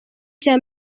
cya